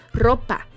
ropa